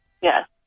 Yes